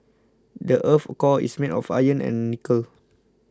the earth's core is made of iron and nickel